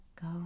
go